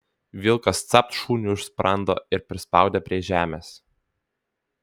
vilkas capt šuniui už sprando ir prispaudė prie žemės